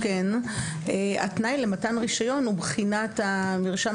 התנאי למתן רישיון הוא בחינת המרשם